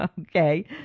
Okay